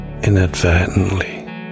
Inadvertently